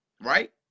Right